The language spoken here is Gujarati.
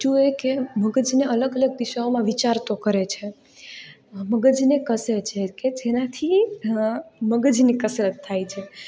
બીજું એ કે મગજને અલગ અલગ દિશાઓમાં વિચારતો કરે છે મગજને કસે છે કે જેનાથી મગજની કસરત થાય છે